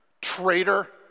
Traitor